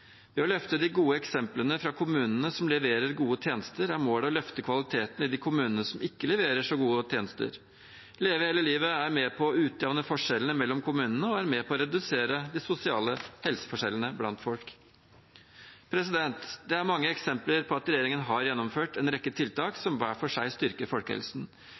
Ved å løfte de gode eksemplene fra kommunene som leverer gode tjenester, er målet å løfte kvaliteten i de kommunene som ikke leverer så gode tjenester. Leve hele livet er med på å utjevne forskjellene mellom kommunene og redusere de sosiale helseforskjellene blant folk. Det er mange eksempler på at regjeringen har gjennomført en rekke tiltak som hver for seg styrker folkehelsen.